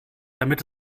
damit